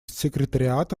секретариат